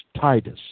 Titus